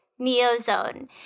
NeoZone